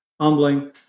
humbling